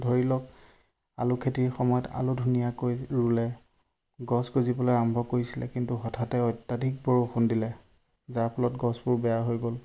ধৰি লওক আলু খেতিৰ সময়ত আলু ধুনীয়াকৈ ৰুলে গছ গজিবলৈ আৰম্ভ কৰিছিলে কিন্তু হঠাতে অত্যাধিক বৰষুণ দিলে যাৰ ফলত গছবোৰ বেয়া হৈ গ'ল